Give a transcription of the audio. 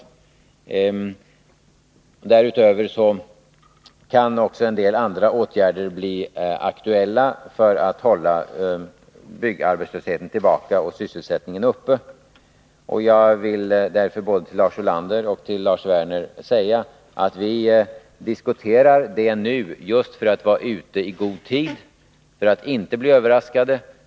Utöver dessa åtgärder kan också en del andra bli aktuella när det gäller att hålla byggarbetslösheten tillbaka och sysselsättningen uppe. Jag vill därför att förhindra ökad arbetslöshet inom byggnadsindustrin till både Lars Ulander och Lars Werner säga att vi just nu diskuterar dessa frågor för att vara ute i god tid och undvika att bli överraskade.